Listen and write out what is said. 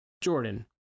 Jordan